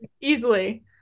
easily